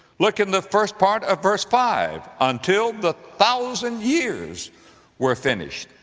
look in the first part of verse five, until the thousand years were finished.